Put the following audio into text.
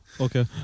Okay